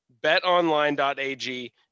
BetOnline.ag